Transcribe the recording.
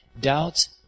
Doubts